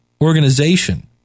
organization